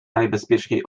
najbezpieczniej